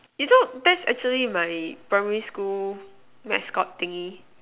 is all that's actually my primary school mascot thingy